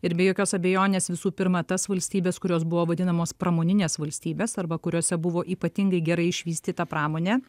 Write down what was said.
ir be jokios abejonės visų pirma tas valstybes kurios buvo vadinamos pramoninės valstybės arba kuriose buvo ypatingai gerai išvystyta pramonė